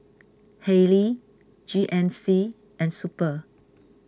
Haylee G N C and Super